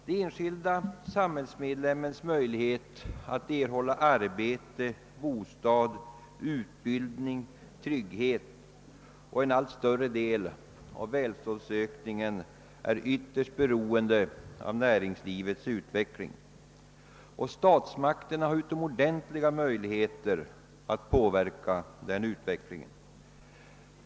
Den enskilde samhällsmedlemmens möjlighet att erhålla arbete, bostad, utbildning, trygghet och en allt större del av välståndsökningen är ytterst beroende av näringslivets utveckling, och statsmakterna har utomordentliga förutsättningar att påverka den utvecklingen.